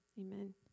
Amen